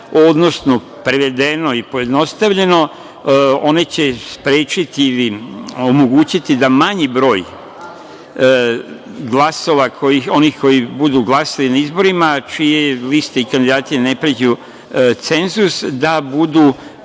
odnosno, prevedeno i pojednostavljeno, one će omogućiti da manji broj glasova onih koji budu glasali na izborima čije liste i kandidati ne pređu cenzus, da budu